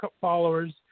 followers